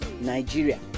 Nigeria